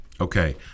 Okay